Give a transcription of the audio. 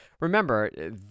remember